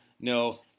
no